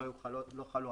מלכתחילה הן לא חלו עלינו